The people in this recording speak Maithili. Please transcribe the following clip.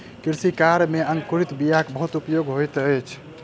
कृषि कार्य में अंकुरित बीयाक बहुत उपयोग होइत अछि